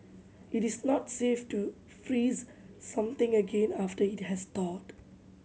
it is not safe to freeze something again after it has thawed